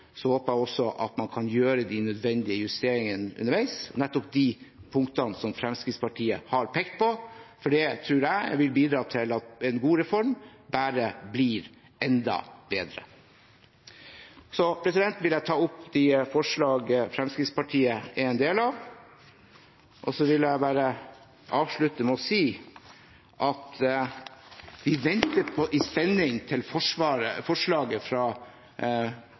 håper jeg også at man underveis kan gjøre de nødvendige justeringene av nettopp de punktene som Fremskrittspartiet har pekt på, for det tror jeg vil bidra til at en god reform bare blir enda bedre. Jeg vil ta opp de forslagene Fremskrittpartiet er en del av, og så vil jeg bare avslutte med å si at vi ventet i spenning på at forslaget fra